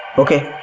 ok.